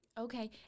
Okay